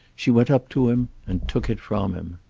she went up to him and took it from him.